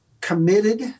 committed